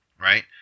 Right